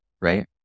right